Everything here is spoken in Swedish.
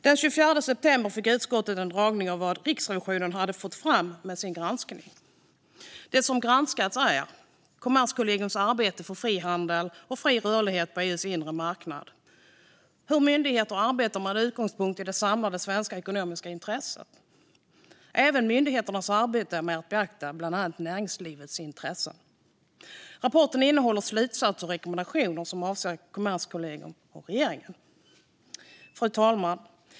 Den 24 september fick utskottet en dragning av vad Riksrevisionen hade fått fram i sin granskning. Det som granskats är Kommerskollegiums arbete för frihandel och fri rörlighet på EU:s inre marknad, hur myndigheten arbetar med utgångspunkt i det samlade svenska ekonomiska intresset samt myndighetens arbete med att beakta bland annat näringslivets intressen. Rapporten innehåller slutsatser och rekommendationer som avser Kommerskollegium och regeringen. Fru talman!